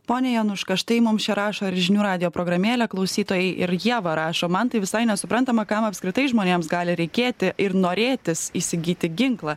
pone januška štai mums čia rašo ir žinių radijo programėlė klausytojai ir ieva rašo man tai visai nesuprantama kam apskritai žmonėms gali reikėti ir norėtis įsigyti ginklą